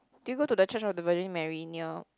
do you go to the church of the virgin Mary near